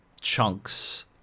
chunks